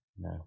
no